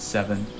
seven